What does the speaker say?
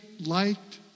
liked